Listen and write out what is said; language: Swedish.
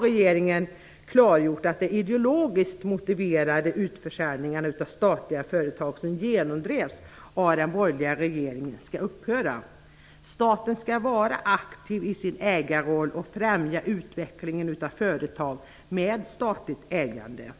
Regeringen har här klargjort att de ideologiskt motiverade utförsäljningar av statliga företag som genomdrevs av den borgerliga regeringen skall upphöra. Staten skall vara aktiv i sin ägarroll och främja utvecklingen av företag med statligt ägande.